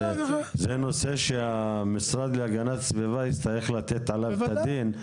זה נושא שהמשרד להגנת הסביבה יצטרך לתת עליו את הדין.